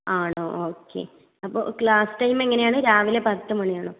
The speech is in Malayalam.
ആണോ ഓക്കേ അപ്പോൾ ക്ലാസ് ടൈം എങ്ങനെയാണ് രാവിലെ പത്ത് മണിയാണോ